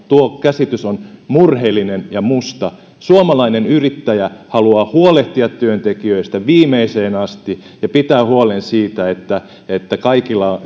ja tuo käsitys on murheellinen ja musta suomalainen yrittäjä haluaa huolehtia työntekijöistä viimeiseen asti ja pitää huolen siitä että että kaikilla